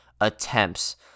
attempts